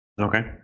Okay